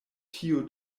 tiu